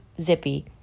Zippy